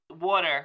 water